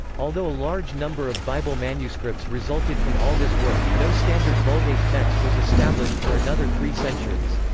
although a large number of bible manuscripts resulted from all this work, no standard vulgate text was established for another three centuries.